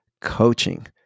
coaching